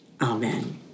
Amen